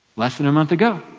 less than a month ago,